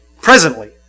presently